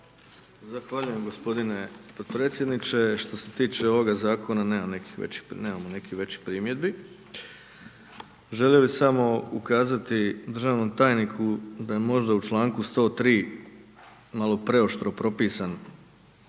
Zahvaljujem gospodine podpredsjedniče. Što se tiče ovoga Zakona, nemam nekih većih, nemamo nekih većih primjedbi. Želio bi samo ukazati državnom tajniku da je možda u članku 103., malo preoštro propisan